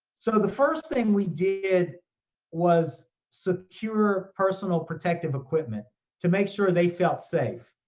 sort of the first thing we did was secure personal protective equipment to make sure they felt safe.